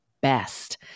best